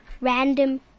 random